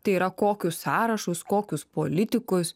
tai yra kokius sąrašus kokius politikus